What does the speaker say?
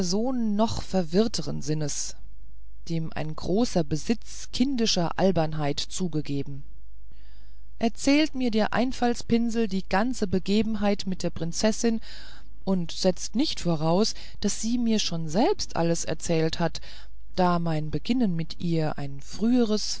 noch verwirrteren sinnes dem ein großer besitz kindischer albernheit zugegeben erzählt mir der einfaltspinsel die ganze begebenheit mit der prinzessin und setzt nicht voraus daß sie mir schon selbst alles erzählt hat da mein beginnen mit ihr ein früheres